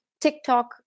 TikTok